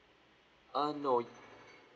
uh no